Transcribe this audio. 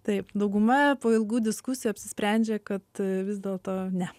taip dauguma po ilgų diskusijų apsisprendžia kad vis dėlto ne